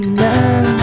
now